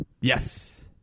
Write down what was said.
Yes